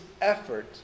effort